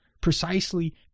precisely